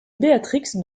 béatrix